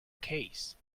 case